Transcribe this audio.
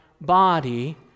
body